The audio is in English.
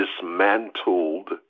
dismantled